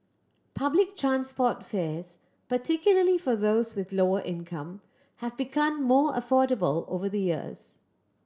public transport fares particularly for those with lower income have become more affordable over the years